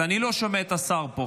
אני לא שומע את השר פה,